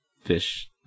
fish